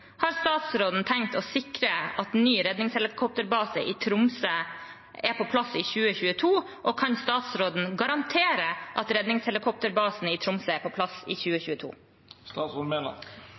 har statsråden tenkt å sikre at ny redningshelikopterbase i Tromsø er på plass i 2022, og kan statsråden garantere at redningshelikopterbasen i Tromsø er på plass i